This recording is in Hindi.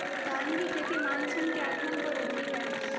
धान की खेती मानसून के आगमन पर होती है